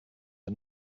are